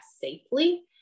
safely